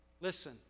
Listen